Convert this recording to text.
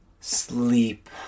sleep